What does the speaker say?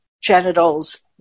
genitals